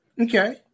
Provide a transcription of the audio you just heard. Okay